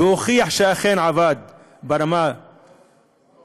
והוכיח שאכן עבד ברמה טובה,